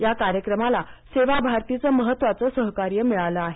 या कार्यक्रमाला सेवाभारतीचं महत्वाचं सहकार्य मिळालं आहे